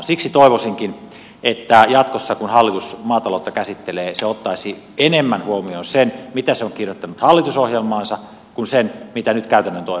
siksi toivoisinkin että jatkossa kun hallitus maataloutta käsittelee se ottaisi enemmän huomioon sen mitä se on kirjoittanut hallitusohjelmaansa kuin sen mitä nyt käytännön toimenpiteissä nähdään